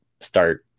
start